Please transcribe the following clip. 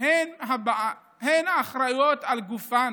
הן האחראיות לגופן.